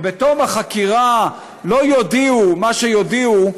שבתום החקירה לא יודיעו מה שיודיעו,